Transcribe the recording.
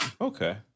Okay